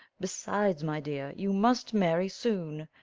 besides, my dear, you must marry soon.